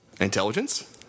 Intelligence